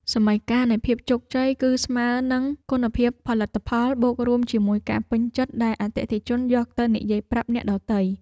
សមីការនៃភាពជោគជ័យគឺស្មើនឹងគុណភាពផលិតផលបូករួមជាមួយការពេញចិត្តដែលអតិថិជនយកទៅនិយាយប្រាប់អ្នកដទៃ។